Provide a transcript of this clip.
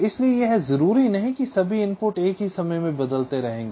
इसलिए यह जरूरी नहीं है कि सभी इनपुट एक ही समय में बदलते रहेंगे